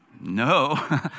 No